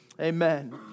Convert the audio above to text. Amen